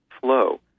flow